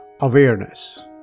awareness